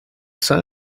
son